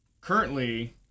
currently